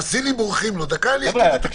הסינים בורחים לו, דקה, אני אתן את הכול.